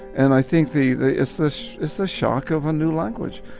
and i think the the it's this is the shock of a new language.